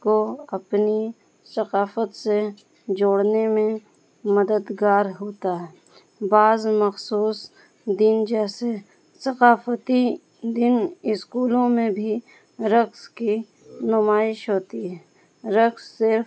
کو اپنی ثقافت سے جوڑنے میں مددگار ہوتا ہے بعض مخصوص دن جیسے ثقافتی دن اسکولوں میں بھی رقص کی نمائش ہوتی ہے رقص سے